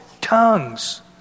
tongues